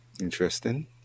Interesting